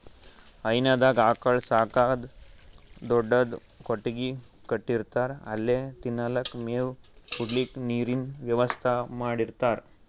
ಹೈನಾದಾಗ್ ಆಕಳ್ ಸಾಕಕ್ಕ್ ದೊಡ್ಡದ್ ಕೊಟ್ಟಗಿ ಕಟ್ಟಿರ್ತಾರ್ ಅಲ್ಲೆ ತಿನಲಕ್ಕ್ ಮೇವ್, ಕುಡ್ಲಿಕ್ಕ್ ನೀರಿನ್ ವ್ಯವಸ್ಥಾ ಮಾಡಿರ್ತಾರ್